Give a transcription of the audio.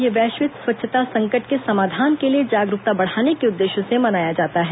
यह वैश्विक स्वच्छता संकट के समाधान के लिए जागरूकता बढ़ाने के उद्देश्य से मनाया जाता है